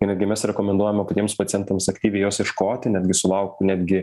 ir netgi mes rekomenduojame patiems pacientams aktyviai jos ieškoti netgi sulaukt netgi